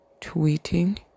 tweeting